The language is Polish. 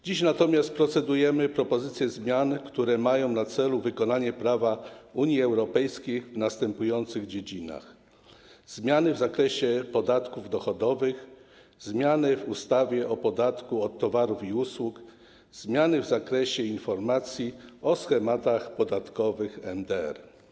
Dziś natomiast procedujemy nad propozycją zmian, które mają na celu wykonanie prawa Unii Europejskiej w następujących dziedzinach: zmiany w zakresie podatków dochodowych, zmiany w ustawie o podatku od towarów i usług, zmiany w zakresie informacji o schematach podatkowych MDR.